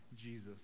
jesus